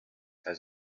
has